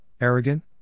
arrogant